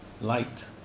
light